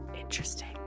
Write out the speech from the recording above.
Interesting